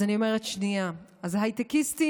אז אני אומרת שנייה: אז הייטקיסטים,